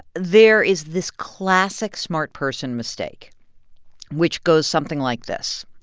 there is this classic smart person mistake which goes something like this.